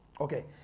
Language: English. Okay